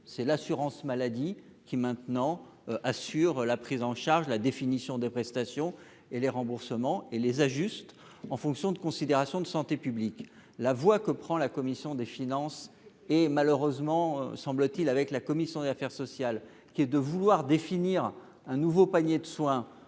c'est l'assurance maladie qui maintenant, assure la prise en charge la définition des prestations et les remboursements et les ajuste en fonction de considérations de santé publique, la voix que prend la commission des finances, et malheureusement, semble-t-il, avec la commission des affaires sociales, qui est de vouloir définir un nouveau panier de soins